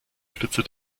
spitze